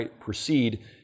proceed